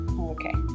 Okay